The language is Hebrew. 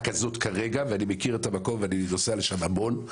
אני מכיר את המקום ונוסע לשם המון,